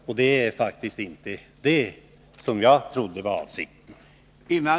Jag trodde faktiskt inte att det var avsikten.